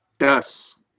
yes